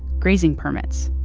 grazing permits,